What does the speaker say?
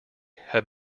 have